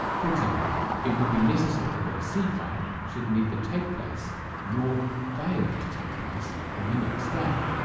for example, it would be necessary that a sea fight should neither take place nor fail to take place on the next day.